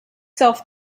self